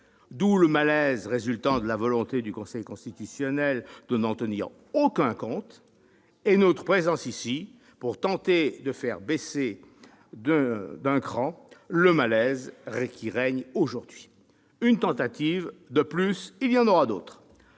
D'où le malaise résultant de la volonté du Conseil constitutionnel de n'en tenir aucun compte et notre présence ici pour tenter de faire baisser ce malaise d'un cran. C'est une tentative de plus ; il y en aura d'autres